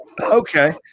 Okay